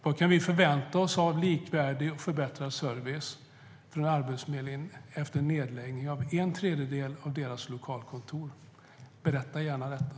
Vad kan vi förvänta oss av likvärdig eller förbättrad service från Arbetsförmedlingen efter nedläggning av en tredjedel av dess lokalkontor? Berätta gärna detta!